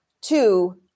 Two